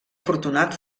afortunat